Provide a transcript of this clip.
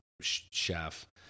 chef